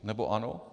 Nebo ano?